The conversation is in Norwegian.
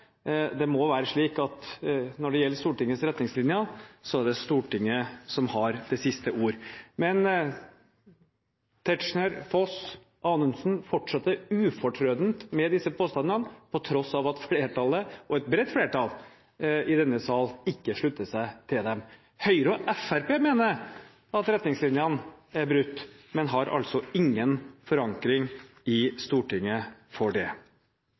Det må være slik at når det gjelder Stortingets retningslinjer, så er det Stortinget som har det siste ordet. Men Tetzschner, Foss og Anundsen fortsetter ufortrødent med disse påstandene på tross av at flertallet – et bredt flertall i denne sal – ikke slutter seg til dem. Høyre og Fremskrittspartiet mener at retningslinjene er brutt, men har altså ingen forankring i Stortinget for det.